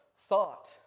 thought